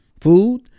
food